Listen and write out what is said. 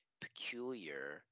peculiar